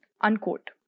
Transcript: Unquote